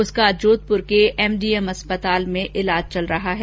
उसका जोधपुर के एमडीएम अस्पताल में इलाज चल रहा है